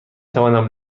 توانم